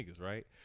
right